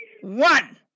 one